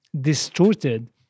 distorted